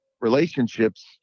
relationships